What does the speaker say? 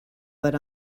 but